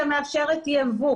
היא גם מאפשרת יבוא